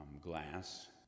glass